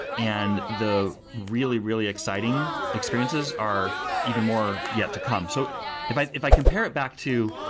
and the really, really exciting experiences are even more yet to come. so if i if i compare it back to,